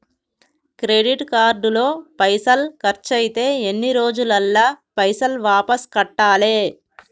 Credit card లో పైసల్ ఖర్చయితే ఎన్ని రోజులల్ల పైసల్ వాపస్ కట్టాలే?